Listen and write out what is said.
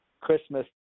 Christmas